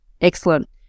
Excellent